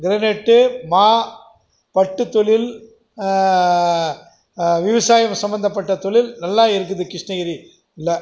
granite மா பட்டுத் தொழில் விவசாயம் சம்பந்தப்பட்ட தொழில் நல்லா இருக்குது கிருஷ்ணகிரி ல